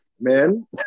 Men